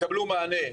מענה,